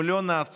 אם לא נעצור,